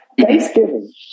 Thanksgiving